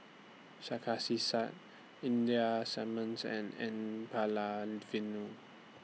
Sarkasi Said Ida Simmons and N Palanivelu